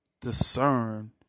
discern